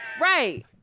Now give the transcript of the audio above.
Right